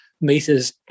Meters